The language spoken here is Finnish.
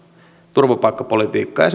turvapaikkapolitiikkaa ja